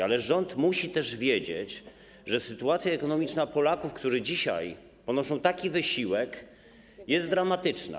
Ale rząd musi też wiedzieć, że sytuacja ekonomiczna Polaków, którzy dzisiaj ponoszą taki wysiłek, jest dramatyczna.